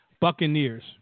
buccaneers